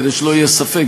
כדי שלא יהיה ספק,